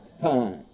time